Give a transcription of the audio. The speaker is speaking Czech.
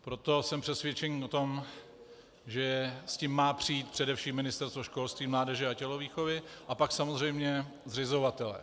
Proto jsem přesvědčený o tom, že s tím má přijít především Ministerstvo školství, mládeže a tělovýchovy a pak samozřejmě zřizovatelé.